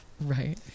Right